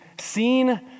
seen